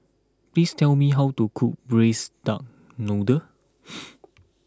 please tell me how to cook Braised Duck Noodle